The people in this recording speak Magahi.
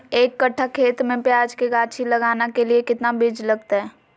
एक कट्ठा खेत में प्याज के गाछी लगाना के लिए कितना बिज लगतय?